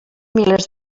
milers